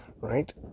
right